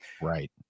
Right